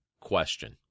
question